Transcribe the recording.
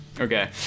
Okay